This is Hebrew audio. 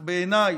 אך בעיניי,